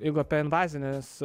jeigu apie invazines